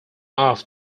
off